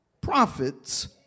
prophets